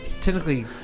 technically